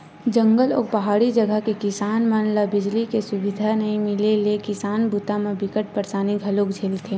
जंगल अउ पहाड़ी जघा के किसान मन ल बिजली के सुबिधा नइ मिले ले किसानी बूता म बिकट परसानी घलोक झेलथे